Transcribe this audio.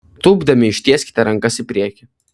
tūpdami ištieskite rankas į priekį